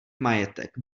majetek